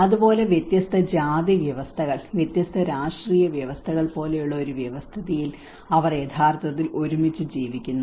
അതുപോലെ വ്യത്യസ്ത ജാതി വ്യവസ്ഥകൾ വ്യത്യസ്ത രാഷ്ട്രീയ വ്യവസ്ഥകൾ പോലെയുള്ള ഒരു വ്യവസ്ഥിതിയിൽ അവർ യഥാർത്ഥത്തിൽ ഒരുമിച്ച് ജീവിക്കുന്നു